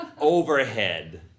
overhead